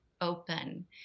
open